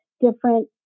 different